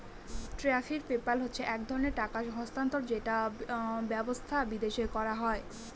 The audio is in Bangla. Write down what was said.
ট্যারিফ পেপ্যাল হচ্ছে এক ধরনের টাকা স্থানান্তর ব্যবস্থা যেটা বিদেশে ব্যবহার করা হয়